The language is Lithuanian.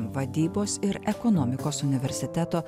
vadybos ir ekonomikos universiteto